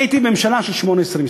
אני הייתי בממשלה של 18 משרדים,